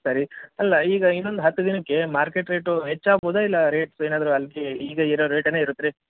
ಸರಿ ಅಲ್ಲ ಈಗ ಇನ್ನೊಂದು ಹತ್ತು ದಿನಕ್ಕೆ ಮಾರ್ಕೆಟ್ ರೇಟು ಹೆಚ್ಚು ಆಗ್ಬೋದಾ ಇಲ್ಲ ರೇಟ್ಸ್ ಏನಾದರು ಅಂಕಿ ಈಗ ಇರೋ ರೇಟೇನೆ ಇರುತ್ತಾ ರೀ